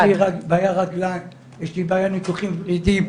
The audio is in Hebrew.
יש לי בעיה ברגליים, יש לי ניתוחים בוורידים.